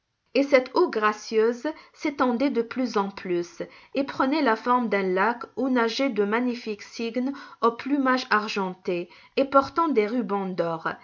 et cette eau gracieuse s'étendait de plus en plus et prenait la forme d'un lac où nageaient de magnifiques cygnes au plumage argenté et portant des rubans d'or